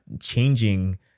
changing